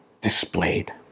displayed